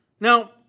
Now